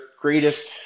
greatest